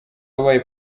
wabaye